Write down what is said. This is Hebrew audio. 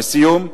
לסיום,